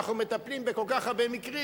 אנחנו מטפלים בכל כך הרבה מקרים,